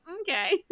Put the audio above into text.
okay